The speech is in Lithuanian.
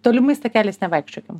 tolimais takeliais nevaikščiokim